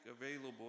available